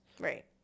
right